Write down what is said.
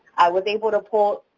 was able to pull.